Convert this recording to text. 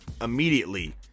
immediately